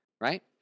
Right